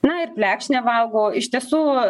na ir plekšnę valgau iš tiesų